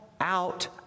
out